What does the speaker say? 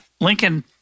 Lincoln